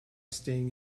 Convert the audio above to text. staying